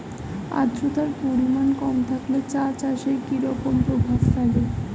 আদ্রতার পরিমাণ কম থাকলে চা চাষে কি রকম প্রভাব ফেলে?